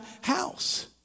house